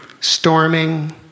Storming